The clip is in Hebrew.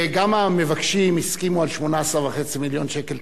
גם המבקשים הסכימו על 18.5 מיליון שקל.